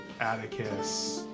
Atticus